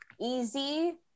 easy